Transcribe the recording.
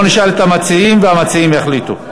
בואו נשאל את המציעים והמציעים יחליטו.